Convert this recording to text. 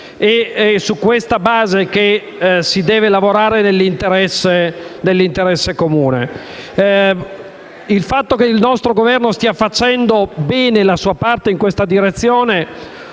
È su questa base che si deve lavorare nell'interesse comune. Il fatto che il nostro Governo stia facendo bene la sua parte in questa direzione